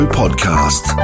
podcast